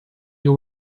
you